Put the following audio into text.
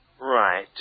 Right